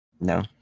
No